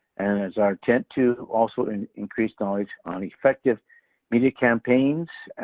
and it is our intent to also and increase knowledge on effective media campaigns.